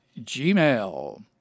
gmail